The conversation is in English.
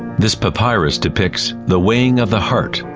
this papyrus depicts the weighing of the heart.